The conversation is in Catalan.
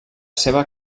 seva